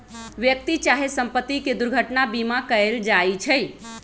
व्यक्ति चाहे संपत्ति के दुर्घटना बीमा कएल जाइ छइ